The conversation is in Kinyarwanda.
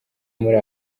muri